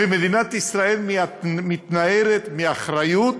ומדינת ישראל מתנערת מאחריות